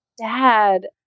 dad